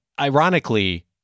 ironically